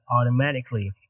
automatically